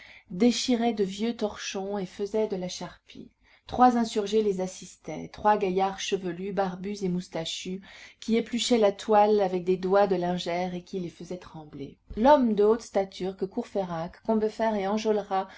déchiraient de vieux torchons et faisaient de la charpie trois insurgés les assistaient trois gaillards chevelus barbus et moustachus qui épluchaient la toile avec des doigts de lingère et qui les faisaient trembler l'homme de haute stature que courfeyrac combeferre et